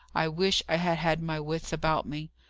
i wish i had had my wits about me!